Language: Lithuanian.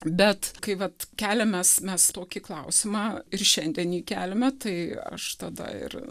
bet kai vat keliamės mes tokį klausimą ir šiandien jį keliame tai aš tada ir